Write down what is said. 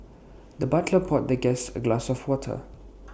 the butler poured the guest A glass of water